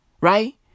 right